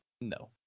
No